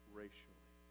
racially